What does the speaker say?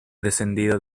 descendido